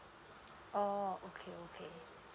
oh okay okay